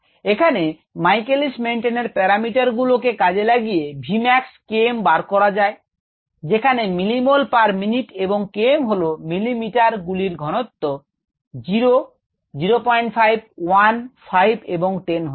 এখানে Michaelis Menten এর প্যারামিটারগুলো কে কাজে লাগিয়ে v max Km বার করা যায় যেখানে মিলিমোল পার মিনিট এবং Km হলো মিলিমিটার গুলির ঘনত্ব 0 05 1 5 এবং 10 হতে পারে